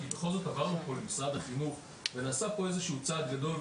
כי בכל זאת עברנו פה למשרד החינוך ונעשה פה צעד גדול,